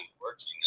working